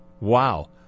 Wow